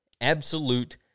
absolute